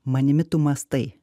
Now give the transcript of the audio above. manimi tu mąstai